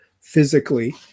physically